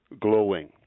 glowing